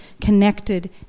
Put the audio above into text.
connected